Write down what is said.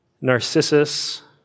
Narcissus